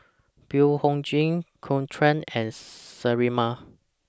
Blephagel Caltrate and Sterimar